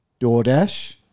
DoorDash